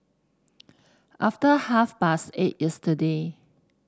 after half past eight yesterday